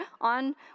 on